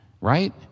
right